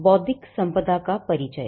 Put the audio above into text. बौद्धिक संपदा क्या है